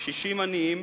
קשישים עניים